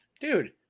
Dude